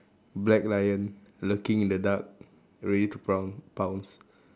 black lion lurking in the dark ready to proun~ pounce